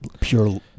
pure